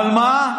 אבל מה?